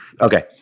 Okay